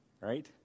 right